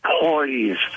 poised